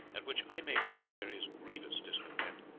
at which, i may tell you, there is grievous discontent.